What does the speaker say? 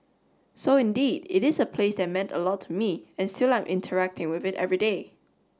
so indeed it is a place that meant a lot to me and still I'm interacting with it every day